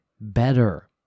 better